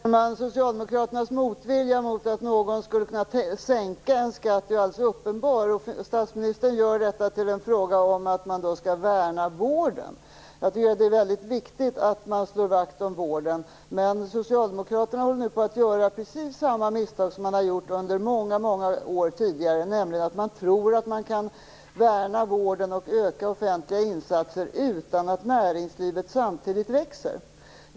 Fru talman! Socialdemokraternas motvilja mot att någon skulle kunna sänka en skatt är alldeles uppenbar. Statsministern gör detta till en fråga om att man skall värna vården. Jag tycker att det är mycket viktigt att man slår vakt om vården. Men socialdemokraterna håller nu på att göra precis samma misstag som man har gjort under många år tidigare. Man tror att man kan värna vården och öka offentliga insatser utan att näringslivet samtidigt växer.